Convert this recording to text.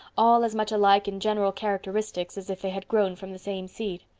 all as much alike in general characteristics as if they had grown from the same seed.